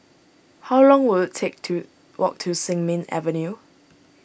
how long will it take to walk to Sin Ming Avenue